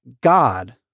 God